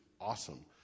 awesome